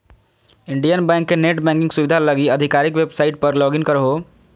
Indian Bank के net banking सुविधा लगी आधिकारिक वेबसाइट पर लॉगिन करहो